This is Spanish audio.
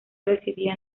residía